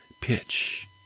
pitch